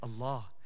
Allah